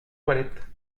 toilette